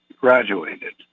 graduated